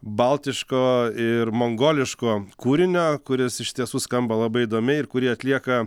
baltiško ir mongoliško kūrinio kuris iš tiesų skamba labai įdomiai ir kurį atlieka